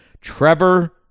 Trevor